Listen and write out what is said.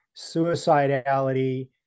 suicidality